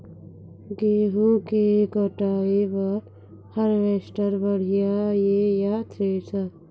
गेहूं के कटाई बर हारवेस्टर बढ़िया ये या थ्रेसर?